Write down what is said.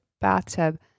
bathtub